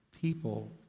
People